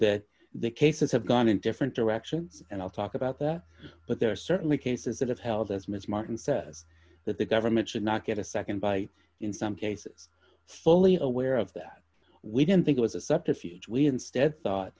that the cases have gone in different directions and i'll talk about that but there are certainly cases that have held as ms martin says that the government should not get a nd by in some cases fully aware of that we didn't think it was a subterfuge we instead thought